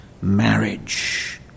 marriage